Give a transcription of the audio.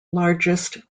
largest